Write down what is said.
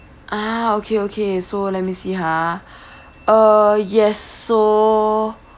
ah okay okay so let me see ha uh yes so